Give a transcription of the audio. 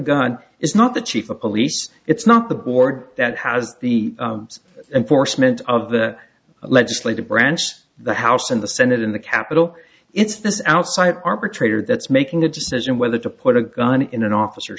gun is not the chief of police it's not the board that has the enforcement of the legislative branch the house and the senate in the capitol it's this outside arbitrator that's making a decision whether to put a gun in an officer